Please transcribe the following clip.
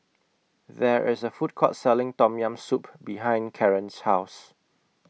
There IS A Food Court Selling Tom Yam Soup behind Karen's House